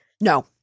No